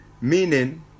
meaning